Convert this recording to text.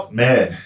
man